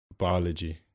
biology